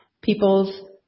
people's